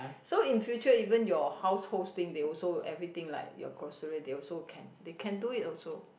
so in future even your household thing they also everything like your grocery they also can they can do it also